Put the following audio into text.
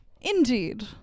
Indeed